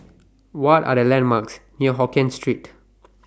What Are The landmarks near Hokien Street